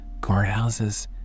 guardhouses